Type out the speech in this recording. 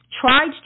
tried